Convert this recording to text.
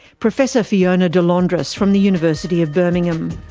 professor fiona de londras from the university of birmingham.